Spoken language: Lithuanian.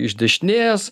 iš dešinės